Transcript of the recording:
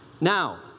Now